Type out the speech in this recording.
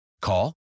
Call